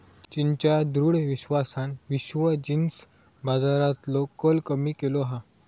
चीनच्या दृढ विश्वासान विश्व जींस बाजारातलो कल कमी केलो हा